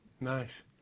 Nice